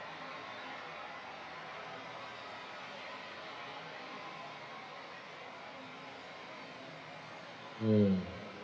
mm